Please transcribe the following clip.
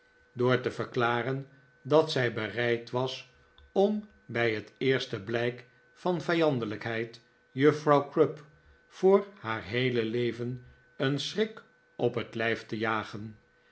door te verklaren dat zij bereid was om bij het eerste blijk van vijandelijkheid juffrouw crupp voor haar heele leven een schrik op het lijf te jagen